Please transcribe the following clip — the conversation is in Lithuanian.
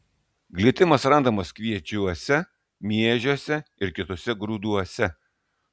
glitimas randamas kviečiuose miežiuose ir kituose grūduose